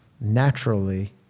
naturally